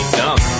dumb